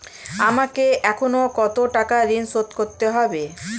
আমাকে এখনো কত টাকা ঋণ শোধ করতে হবে?